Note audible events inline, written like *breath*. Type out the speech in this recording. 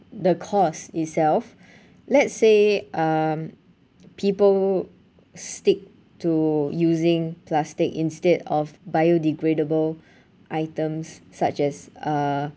the cost itself let's say um people stick to using plastic instead of biodegradable *breath* items such as uh